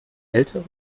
ältere